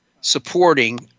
supporting